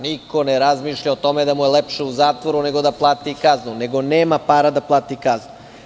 Niko ne razmišlja o tome da mu je lepše u zatvoru nego da plati kaznu, nego nema para da plati kaznu.